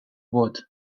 wood